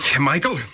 Michael